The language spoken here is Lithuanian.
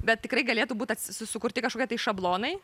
bet tikrai galėtų būt su sukurti kažkokie tai šablonai